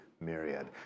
myriad